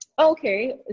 okay